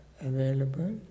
available